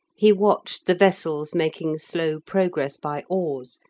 he watched the vessels making slow progress by oars,